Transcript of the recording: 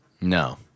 No